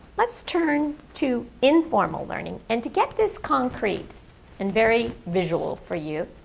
let's turn to informal learning. and to get this concrete and very visual for you,